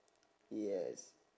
yes